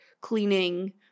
cleaning